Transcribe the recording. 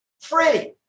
free